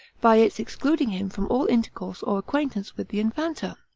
by its excluding him from all intercourse or acquaintance with the infanta.